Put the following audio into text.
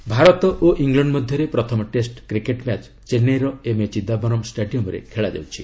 cricket Bharat ଓ England ମଧ୍ୟରେ ପ୍ରଥମ ଟେଷ୍ଟ କ୍ରିକେଟ୍ ମ୍ୟାଚ୍ ଚେନ୍ନାଇର ଏମ୍ଏ ଚିଦାମ୍ଘରମ ଷ୍ଟାଡିୟମରେ ଖେଳାଯାଉଛି